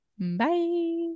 Bye